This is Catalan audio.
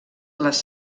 les